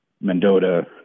Mendota